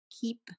keep